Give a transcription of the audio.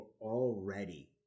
already